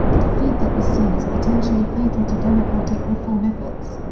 a defeat that was seen as potentially fatal to democratic reform efforts.